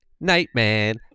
Nightman